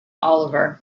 oliver